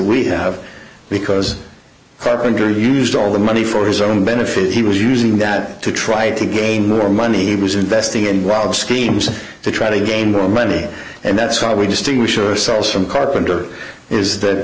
we have because carpenter used all the money for his own benefit he was using that to try to gain more money was investing in rob schemes to try to gain more money and that's why we distinguish ourselves from carpenter is